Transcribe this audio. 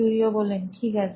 কিউরিও ঠিক আছে